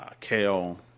kale